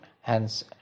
hence